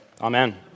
Amen